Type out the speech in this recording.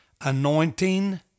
anointing